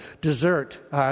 desert